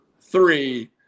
three